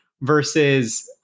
versus